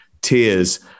tears